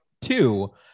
two